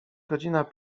godzina